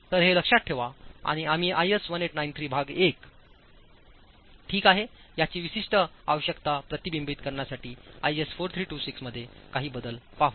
तर हे लक्षात ठेवा आणि आम्हीआयएस 1893 भाग 1 ठीक आहे याची विशिष्ट आवश्यकता प्रतिबिंबित करण्यासाठी आयएस 4326 मध्ये काही बदल पाहू